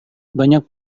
banyak